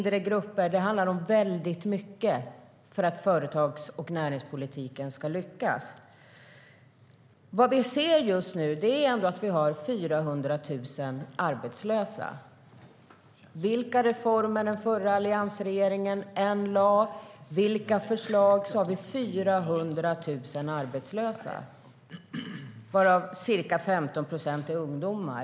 Det handlar alltså om väldigt mycket för att företags och näringspolitiken ska lyckas. Det som vi ser just nu är att vi har 400 000 arbetslösa. Vilka reformer alliansregeringen än genomförde och vilka förslag den än lade fram har vi ändå 400 000 arbetslösa, varav ca 15 procent är ungdomar.